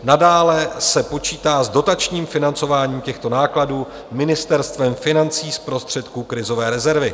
Nadále se počítá s dotačním financováním těchto nákladů Ministerstvem financí z prostředků krizové rezervy.